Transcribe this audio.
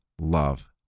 love